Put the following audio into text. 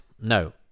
no